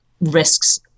risks